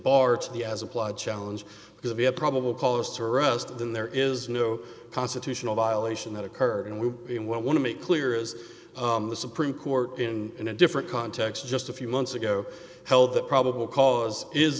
bar to the as applied challenge because we have probable cause to arrest then there is no constitutional violation that occurred and we want to make clear is the supreme court in in a different context just a few months ago held that probable cause is